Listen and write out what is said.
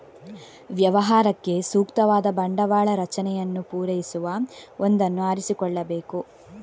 ವ್ಯವಹಾರಕ್ಕೆ ಸೂಕ್ತವಾದ ಬಂಡವಾಳ ರಚನೆಯನ್ನು ಪೂರೈಸುವ ಒಂದನ್ನು ಆರಿಸಿಕೊಳ್ಳಬೇಕು